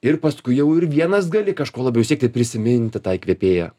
ir paskui jau ir vienas gali kažko labiau siekti ir prisiminti tą įkvėpėją